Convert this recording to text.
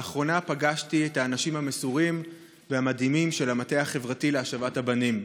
באחרונה פגשתי את האנשים המסורים והמדהימים של המטה החברתי להשבת הבנים,